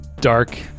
dark